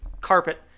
carpet